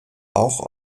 auch